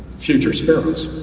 future sparrows.